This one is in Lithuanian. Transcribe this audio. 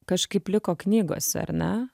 kažkaip liko knygose ar ne